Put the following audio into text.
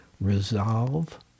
resolve